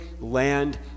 land